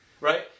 Right